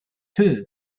too